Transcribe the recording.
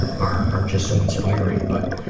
are are just so inspiring but,